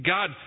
God